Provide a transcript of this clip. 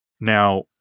Now